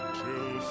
till